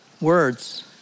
words